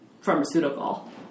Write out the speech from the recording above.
pharmaceutical